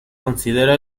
considera